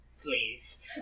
Please